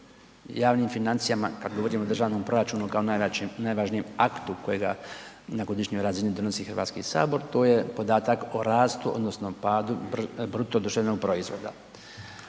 javnim financijama, kad govorim o državnom proračunu kao najvažnijem aktu kojega na godišnjoj razini donosi Hrvatski sabor to je podatak o rastu, odnosno padu BDP-a. Svjedoci smo da